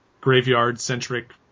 graveyard-centric